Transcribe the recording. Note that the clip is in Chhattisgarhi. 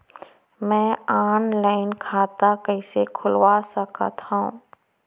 मैं ऑनलाइन खाता कइसे खुलवा सकत हव?